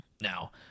Now